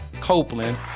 Copeland